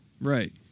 Right